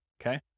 okay